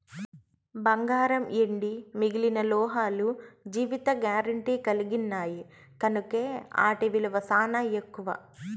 బంగారం, ఎండి మిగిలిన లోహాలు జీవిత గారెంటీ కలిగిన్నాయి కనుకే ఆటి ఇలువ సానా ఎక్కువ